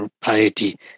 piety